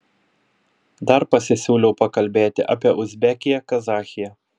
dar pasisiūliau pakalbėti apie uzbekiją kazachiją